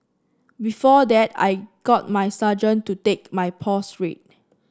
before that I got my surgeon to take my pulse rate